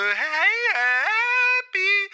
happy